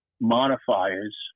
modifiers